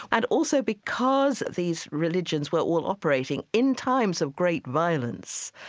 and also because these religions were all operating in times of great violence,